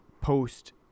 post